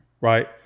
right